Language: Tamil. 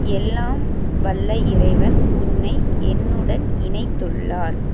எல்லாம் வல்ல இறைவன் உன்னை என்னுடன் இணைத்துள்ளார்